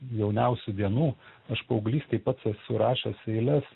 jauniausių dienų aš paauglystėj pats esu rašęs eiles